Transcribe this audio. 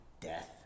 death